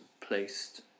placed